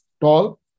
tall